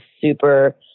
super